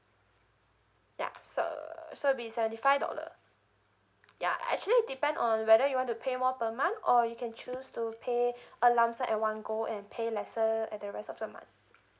yup so so will be seventy five dollar ya actually depend on whether you want to pay more per month or you can choose to pay a lump sum at one go and pay lesser at the rest of the month